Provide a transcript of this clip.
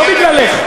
לא בגללך.